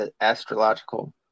astrological